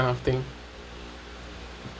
of thing